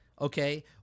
Okay